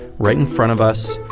right in front of us,